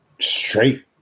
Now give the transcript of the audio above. straight